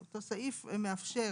אותו סעיף מאפשר